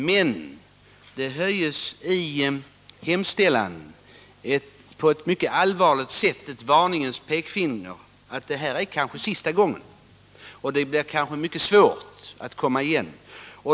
Men i hemställan höjs på ett mycket allvarligt sätt ett varningens pekfinger, som betyder att det här kanske är sista gången något sådant här tillåts, det blir kanske mycket svårt att komma igen.